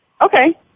Okay